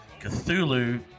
Cthulhu